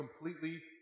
completely